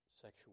sexual